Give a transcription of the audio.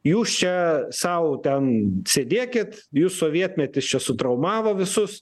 jūs čia sau ten sėdėkit jus sovietmetis čia sutraumavo visus